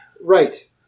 Right